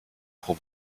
pro